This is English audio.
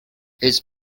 his